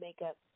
makeup